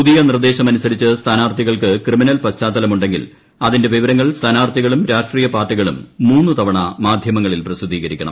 പുതിയ നിർദ്ദേശമനുസരിച്ച് സ്ഥാനാർത്ഥികൾക്ക് ക്രിമിനൽ പശ്ചാത്തലമുണ്ടെങ്കിൽ അതിന്റെ വിവരങ്ങൾ സ്ഥാനാർത്ഥികളും രാഷ്ട്രീയ പാർട്ടികളും മൂന്ന് തവണ മാധ്യമങ്ങളിൽ പ്രസിദ്ധീകരിക്കണം